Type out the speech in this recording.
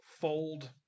fold